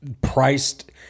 priced